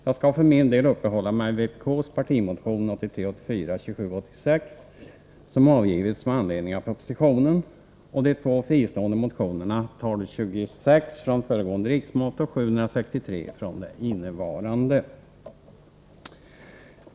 Jag skall för min del uppehålla mig vid vpk:s partimotion 1983/84:2786, som avgivits med anledning av den ena propositionen, och de två fristående motionerna 1226 från föregående riksmöte och 763 från det innevarande.